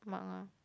mark ah